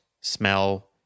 smell